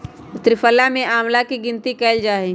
त्रिफला में आंवला के गिनती कइल जाहई